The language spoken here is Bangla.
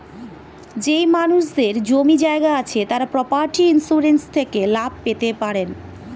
যেই মানুষদের জমি জায়গা আছে তারা প্রপার্টি ইন্সুরেন্স থেকে লাভ পেতে পারেন